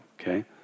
Okay